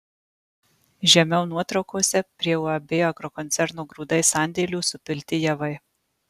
žemiau nuotraukose prie uab agrokoncerno grūdai sandėlių supilti javai